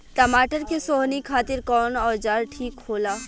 टमाटर के सोहनी खातिर कौन औजार ठीक होला?